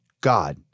God